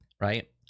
right